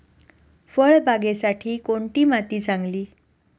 फळबागेसाठी कोणती माती चांगली?